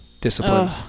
Discipline